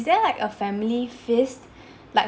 there like a family feast like